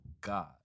God